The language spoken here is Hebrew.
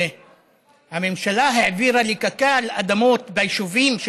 שהממשלה העבירה לקק"ל אדמות ביישובים של